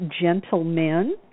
gentlemen